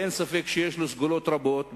ואין ספק שיש לו סגולות רבות,